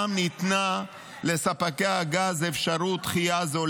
ניתנה לספקי הגז אפשרות דחייה זו.